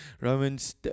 Romans